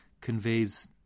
conveys